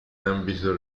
ambito